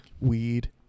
weed